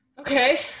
Okay